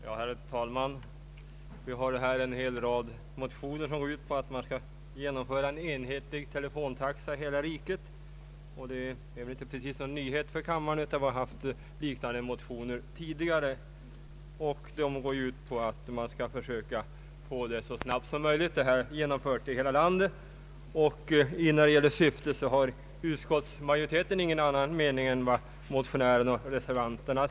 Herr talman! Här föreligger en rad motioner som går ut på att man skall genomföra en enhetlig telefontaxa i hela riket. Det är inte precis någon nyhet för kammaren, vi har haft liknande motioner tidigare. Man vill ha denna enhetliga taxa genomförd så snabbt som möjligt i hela landet. När det gäller syftet har utskottsmajoriteten samma mening som motionärerna och reservanterna.